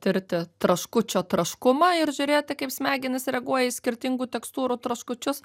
tirti traškučio traškumą ir žiūrėti kaip smegenys reaguoja į skirtingų tekstūrų traškučius